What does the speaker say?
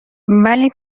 ولی